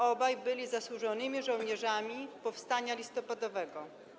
Obaj byli zasłużonymi żołnierzami powstania listopadowego.